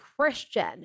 christian